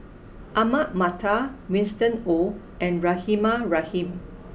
Ahmad Mattar Winston Oh and Rahimah Rahim